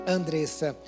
Andressa